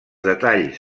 detalls